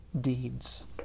deeds